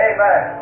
Amen